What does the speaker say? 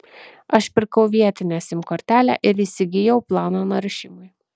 aš pirkau vietinę sim kortelę ir įsigijau planą naršymui